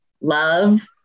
love